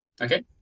Okay